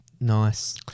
Nice